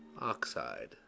oxide